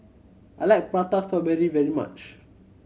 I like Prata Strawberry very much